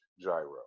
gyro